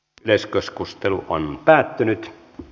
yleiskeskustelu päättyi